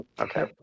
Okay